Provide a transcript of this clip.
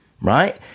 Right